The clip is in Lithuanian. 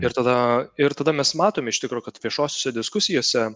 ir tada ir tada mes matom iš tikro kad viešosiose diskusijose